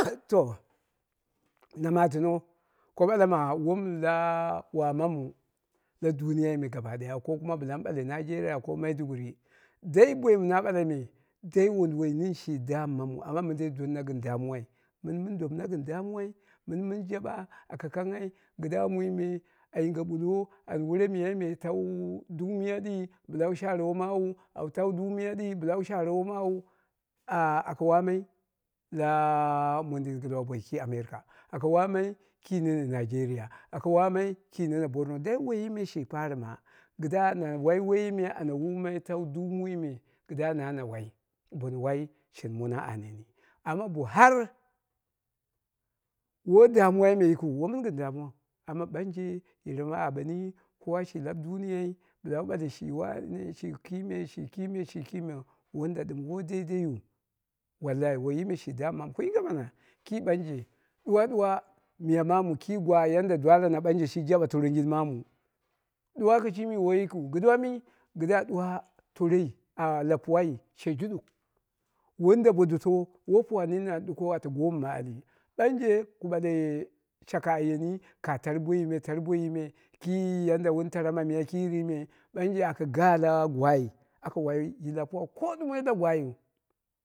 to na matɨno ko ɓala ma wom la wamamu la duniyai me gaba daya ko kuma bɨla mɨ bale nigeria ko maiduguri dai boi mɨ na ɓalai me dai won duwoi nini shi dammamu amma mindei donna gɨn damuwai mɨni mɨn domana gɨn damuwai, mɨnɨ mɨn jaɓa aka kangghai kɨdda mui me a ying ɓullo au wore myai me tawu duu miya ɗi bɨla wu share woimawu auta duu miya ɗi bɨla wu share woimo wu, aka wammai la modin gɨlwa bouki america aka wamman ki nene nigeria aka wamman ki nene borno dai woiyine shi farimo kɨdda na wai woiyi me ana wuumai tawu duu muime kɨdda na na wai bono wai shen mono a aneni. Amma bo har won damuwaime yikin, wo mɨn gɨn damuwau, amma bange, yeremu a abeni kowa shi lab duniyai bɨla wu ɓale shi wane shi kime, shi kime wanda dɨm woi daidaiyu. Wallahi woiyi me shi dammamu ku yinge mana ki ɓanje ɗuwa ɗuwa miya mamu ki gwa yarda dwalana ɓanje shi jaɓa torongin mamu ɗuwa kishimi woi yikiu kɨduwa mi kɨdda ɗuwa toroi ah lapuwai she juɗuk wanda bo doto woi puwa nini duƙou ata gomma ali ɓaye ku ɓale shakka a yeni ka tar boiyije tar boiyi me ki yadda wun tara ma miya kiriime, ɓanje aka ga la gwai woi yila puwa ko ɗumoi la gwaiyu.